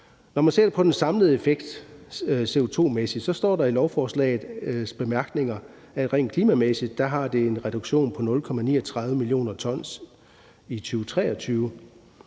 Når man ser på den samlede effekt CO2-mæssigt, står der i lovforslagets bemærkninger, at det rent klimamæssigt medfører en reduktion på 0,39 mio. t i 2023.